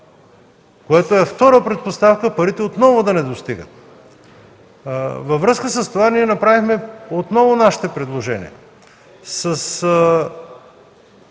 което е втора предпоставка парите отново да не достигат. Във връзка с това ние направихме отново нашите предложения